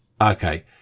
okay